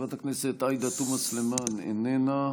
איננו, חברת הכנסת עאידה תומא סלימאן, איננה,